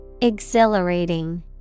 Exhilarating